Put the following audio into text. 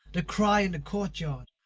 the cry in the courtyard,